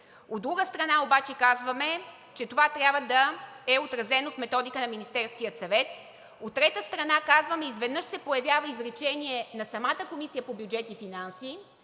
От друга страна, казваме, че това трябва да е отразено в методика на Министерския съвет. От трета страна, казваме – изведнъж се появява изречение на самата Комисия по бюджет и финанси,